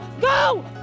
go